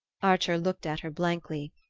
archer looked at her blankly.